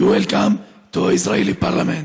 you're welcome to the Israeli Parliament.